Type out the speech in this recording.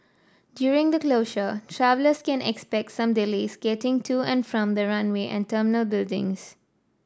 during the closure travellers can expect some delays getting to and from the runway and terminal buildings